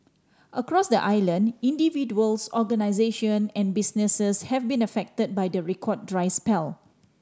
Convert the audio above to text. across the island individuals organisation and businesses have been affected by the record dry spell